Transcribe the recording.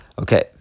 Okay